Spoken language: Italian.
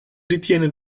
ritiene